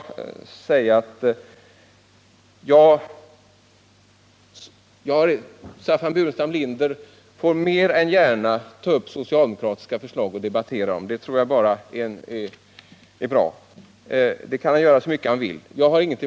Staffan Burenstam Linder får mer än gärna ta upp och debattera socialdemokratiska förslag.